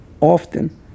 often